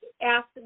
ask